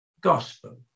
gospel